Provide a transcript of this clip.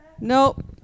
Nope